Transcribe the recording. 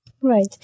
Right